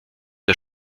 der